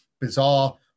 bizarre